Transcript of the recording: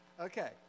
Okay